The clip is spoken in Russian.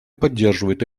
поддерживает